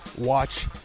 watch